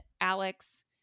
Alex